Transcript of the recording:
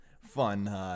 fun